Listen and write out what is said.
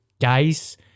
guys